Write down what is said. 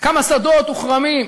כמה שדות וכרמים,